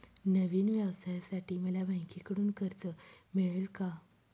नवीन व्यवसायासाठी मला बँकेकडून कर्ज मिळेल का?